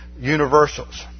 universals